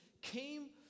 came